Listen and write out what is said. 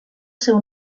seu